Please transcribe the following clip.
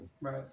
Right